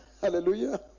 Hallelujah